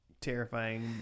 terrifying